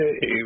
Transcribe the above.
Hey